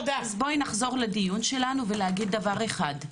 בואי נחזור לדיון שלנו ולהגיד דבר אחד.